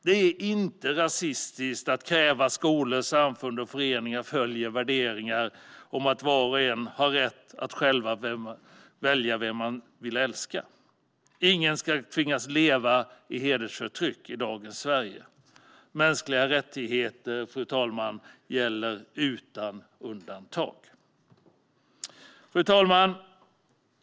Det är inte rasistiskt att kräva att skolor, samfund och föreningar följer värderingarna om att var och en har rätt att själv välja vem man vill älska. Ingen ska tvingas att leva i ett hedersförtryck i dagens Sverige. Mänskliga rättigheter gäller utan undantag. Fru talman!